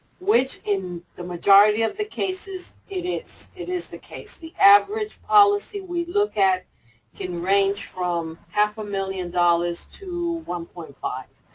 which, in the majority of the cases, it is. it is the case. the average policy we look at can range from half a million dollars to one point five,